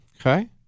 Okay